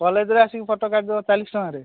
କଲେଜରେ ଆସିକି ଫଟୋ କାଢ଼ିଦେବ ଚାଳିଶ ଟଙ୍କାରେ